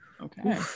Okay